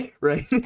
right